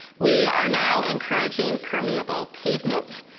we are now encouraging permeable pavement.